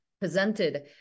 presented